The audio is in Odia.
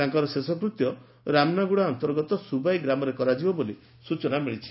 ତାଙ୍କର ଶେଷକୃତ୍ୟ ରାମନାଗୁଡା ଅନ୍ତର୍ଗତ ସ୍ବବାଇ ଗ୍ରାମରେ କରାଯିବ ବୋଲି ସ୍ଚନା ମିଳିଛି